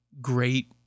great